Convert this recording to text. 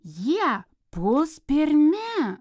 jie puls pirmi